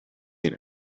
seen